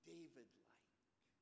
David-like